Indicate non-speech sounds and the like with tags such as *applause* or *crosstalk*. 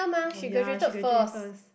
*noise* oh ya she graduate first